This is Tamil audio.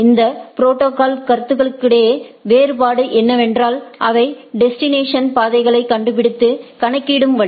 இந்த ப்ரோடோகால் களுக்கிடையேயான வேறுபாடு என்னவென்றால் அவை டெஸ்டினேஷனுக்கான பாதைகளைக் கண்டுபிடித்து கணக்கிடும் வழி